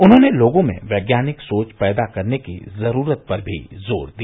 उन्होंने लोगों में वैज्ञानिक सोच पैदा करने की जरूरत पर भी जोर दिया